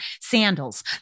sandals